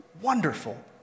wonderful